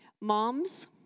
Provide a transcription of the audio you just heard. Moms